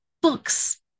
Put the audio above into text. Books